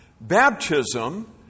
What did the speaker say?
Baptism